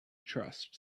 trust